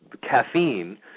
caffeine